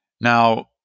Now